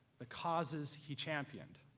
the causes he championed.